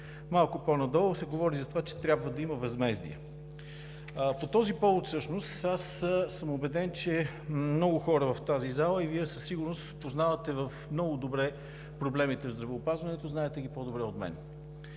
Малко по-надолу се говори за това, че трябва да има възмездие. По този повод – аз съм убеден, че много хора в тази зала и Вие със сигурност познавате много добре проблемите в здравеопазването, знаете ги по-добре от мен,